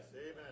amen